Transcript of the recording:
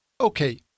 Okay